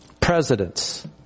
Presidents